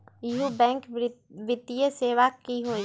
इहु बैंक वित्तीय सेवा की होई?